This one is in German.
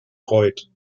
freud